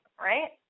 right